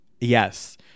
yes